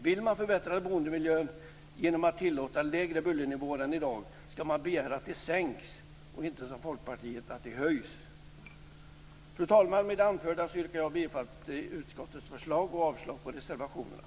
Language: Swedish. Vill man förbättra boendemiljön genom att tillåta lägre bullernivåer än i dag skall man begära att de sänks, inte höjs, som Folkpartiet begär. Fru talman! Med det anförda yrkar jag bifall till utskottets förslag och avslag på reservationerna.